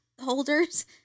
holders